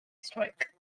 strike